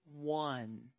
one